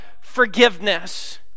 forgiveness